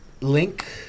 Link